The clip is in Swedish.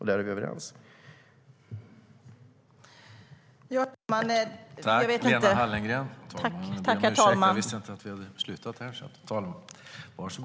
Där är vi överens.